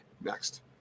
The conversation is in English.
next